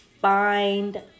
Find